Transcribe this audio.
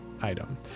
item